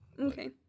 Okay